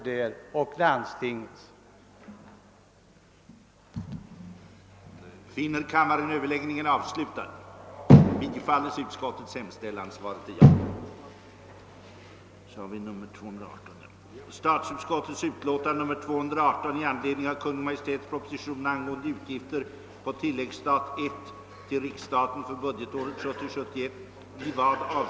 beslutsunderlag i tekniskt eller på annat sätt komplicerade frågor.